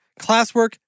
classwork